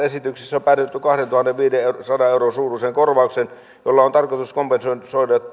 esityksessä on päädytty kahdentuhannenviidensadan euron suuruiseen korvaukseen jolla on tarkoitus kompensoida